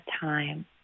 time